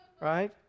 Right